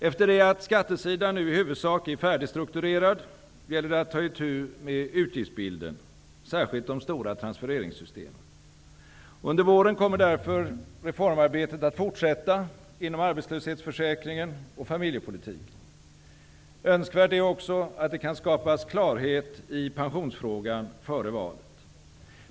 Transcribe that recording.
Efter det att skattesidan nu i huvudsak är färdigstrukturerad, gäller det att ta itu med utgiftsbilden, särskilt de stora transfereringssystemen. Under våren kommer därför reformarbetet att fortsätta inom arbetslöshetsförsäkringen och familjepolitiken. Önskvärt är också att det kan skapas klarhet i pensionsfrågan före valet.